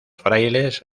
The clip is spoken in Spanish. frailes